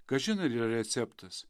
kažin ar yra receptas